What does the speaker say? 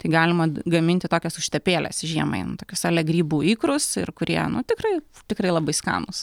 tai galima gaminti tokias užtepėles žiemai tokius a la grybų ikrus ir kurie nu tikrai tikrai labai skanūs